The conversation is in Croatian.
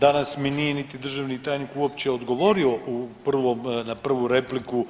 Danas mi nije niti državni tajnik uopće odgovorio na prvu repliku